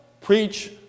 preach